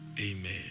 Amen